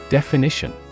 Definition